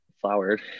flowered